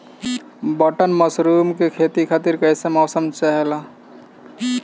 Button mushroom के खेती खातिर कईसे मौसम चाहिला?